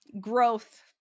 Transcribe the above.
growth